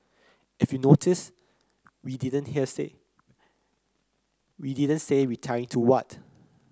if you notice we didn't hear say we didn't say 'retiring' to what